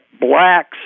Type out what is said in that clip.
blacks